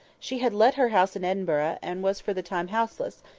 she had let her house in edinburgh, and was for the time house-less,